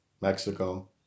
Mexico